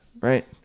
Right